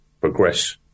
progress